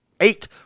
eight